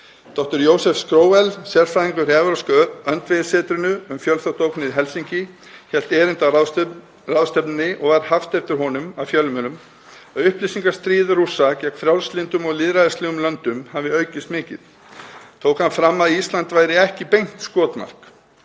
Dr. Josef Schroefl, sérfræðingur hjá evrópska öndvegissetrinu um fjölþáttaógnir í Helsinki, hélt erindi á ráðstefnunni og var haft eftir honum í fjölmiðlum að upplýsingastríð Rússa gegn frjálslyndum og lýðræðislegum löndum hefði aukist mikið. Tók hann fram að Ísland væri ekki beint skotmark